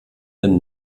den